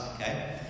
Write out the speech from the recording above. okay